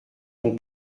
ton